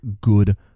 good